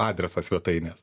adresą svetainės